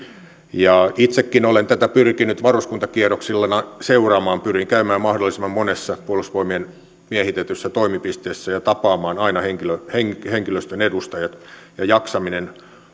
itsekin olen tätä pyrkinyt varuskuntakierroksillani seuraamaan pyrin käymään mahdollisimman monessa puolustusvoimien miehitetyssä toimipisteessä ja tapaamaan aina henkilöstön edustajat ja jaksaminen